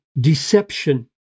deception